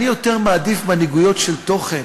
אני מעדיף מנהיגויות של תוכן.